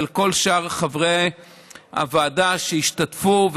ולכל שאר חברי הוועדה שהשתתפו,